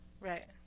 Right